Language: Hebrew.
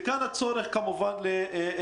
מכאן הצורך לסייע.